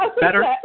Better